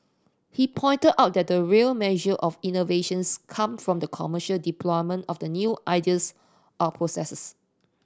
he pointed out that the real measure of innovations come from the commercial deployment of new ideas or processes